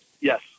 yes